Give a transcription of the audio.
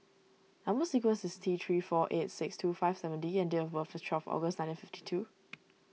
Number Sequence is T three four eight six two five seven D and date of birth is twelve August nineteen fifty two